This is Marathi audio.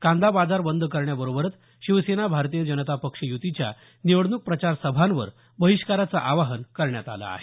कांदा बाजार बंद करण्याबरोबरच शिवसेना भारतीय जनता पक्ष युतीच्या निवडणूक प्रचार सभांवर बहिष्काराचं आवाहन करण्यात आलं आहे